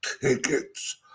tickets